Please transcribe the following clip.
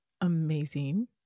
amazing